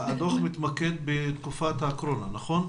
הדוח מתמקד בתופעת הקורונה, נכון?